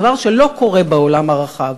דבר שלא קורה בעולם הרחב.